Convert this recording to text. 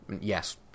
Yes